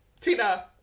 Tina